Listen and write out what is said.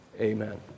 Amen